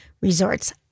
Resorts